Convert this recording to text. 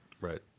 right